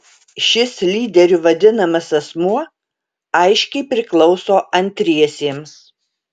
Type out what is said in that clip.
šis lyderiu vadinamas asmuo aiškiai priklauso antriesiems